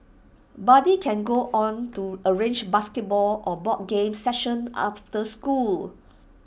buddy can go on to arrange basketball or board games sessions after school